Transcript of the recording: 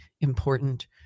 important